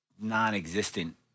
non-existent